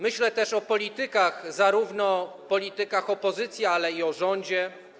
Myślę też o politykach, również politykach opozycji, ale i o rządzie.